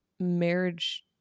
marriage